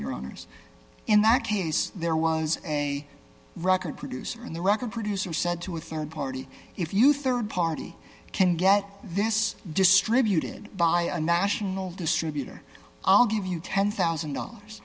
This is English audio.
your owners in that case there was a record producer in the record producer said to a rd party if you rd party can get this distributed by a national distributor i'll give you ten thousand dollars